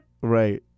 right